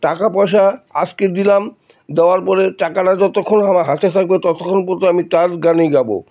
টাকা পয়সা আজকে দিলাম দেওয়ার পরে টাকাটা যতক্ষণ আমার হাতে ছাকবে ততক্ষণ পর্ত আমি তার গানই গাবো